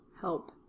help